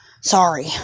sorry